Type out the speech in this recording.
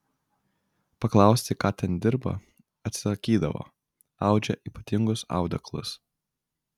paklausti ką ten dirbą atsakydavo audžią ypatingus audeklus